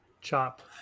chop